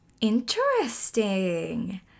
Interesting